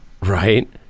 Right